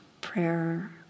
prayer